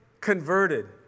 converted